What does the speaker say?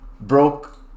broke